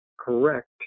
correct